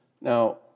Now